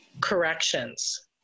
corrections